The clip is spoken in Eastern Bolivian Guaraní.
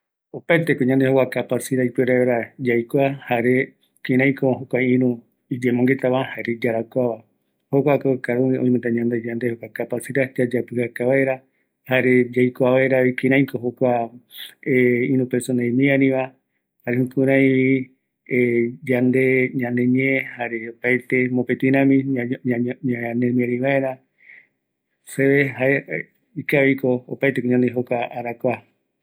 ﻿Opaeteko ñanoi jokua kapacidad ipuere vaera yaikua jare kiraiko jokua irü iyemonguetava jare yarakuava, jokuako cada uno oimeta ñanoi yande jokua kapacidad, yayapijaka vaera jare yaikua vaeravi, kiraiko jokiua irü persona imiariva, jare jukuraivi yande, ñande ñe jare opaete, mopeti rami ña, ñamemiari vaera seve jae ikaviko, opaeteko ñanoi jokua arakua